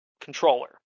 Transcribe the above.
controller